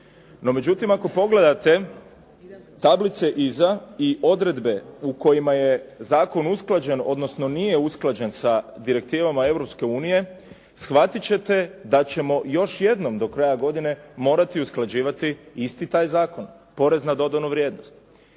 međutim, ako pogledate tablice iza i odredbe u kojima je zakon usklađen odnosno nije usklađen sa direktivama Europske unije shvatit ćete da ćemo još jednom do kraja godine morati usklađivati isti taj zakon porez na dodanu vrijednost.